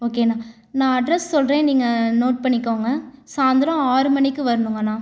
ஓகேண்ணா நான் அட்ரஸ் சொல்கிறேன் நீங்க நோட் பண்ணிக்கங்க சாய்ந்தரம் ஆறு மணிக்கு வரணுங்கண்ணா